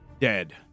Dead